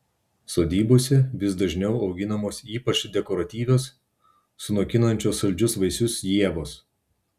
sodybose vis dažniau auginamos ypač dekoratyvios sunokinančios saldžius vaisius ievos